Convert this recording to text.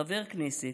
חבר כנסת,